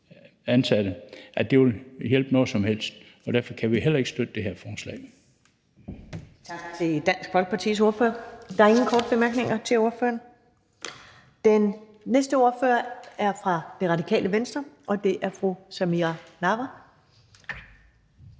ansatte, ville hjælpe noget som helst, og derfor kan vi heller ikke støtte det her forslag.